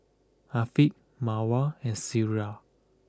Afiq Mawar and Syirah